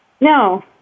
No